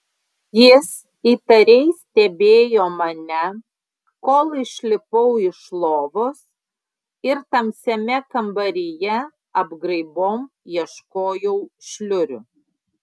jis įtariai stebėjo mane kol išlipau iš lovos ir tamsiame kambaryje apgraibom ieškojau šliurių